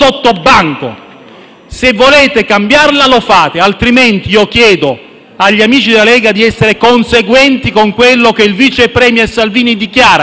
Se volete cambiarla, lo fate. Altrimenti io chiedo agli amici della Lega di essere conseguenti con quello che il vice *premier* Salvini dichiara e di